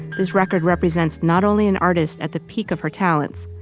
his record represents not only an artist at the peak of her talents,